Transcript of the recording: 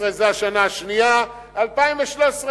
הנוסחה המפוארת הזאת,